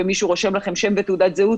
ומישהו רושם לכם שם ותעודת זהות,